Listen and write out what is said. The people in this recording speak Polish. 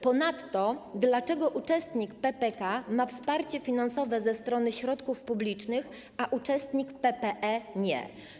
Ponadto dlaczego uczestnik PPK ma wsparcie finansowe ze strony środków publicznych, a uczestnik PPE - nie?